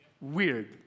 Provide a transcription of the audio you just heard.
weird